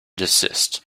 desist